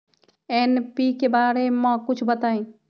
NPK बारे म कुछ बताई?